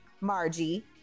Margie